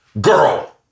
girl